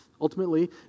ultimately